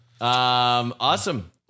Awesome